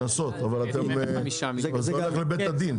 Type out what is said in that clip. קנסות, אבל זה שייך לבית הדין?